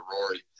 Rory